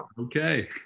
Okay